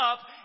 up